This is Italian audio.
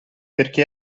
perché